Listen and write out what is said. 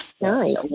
nice